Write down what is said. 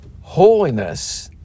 Holiness